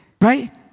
right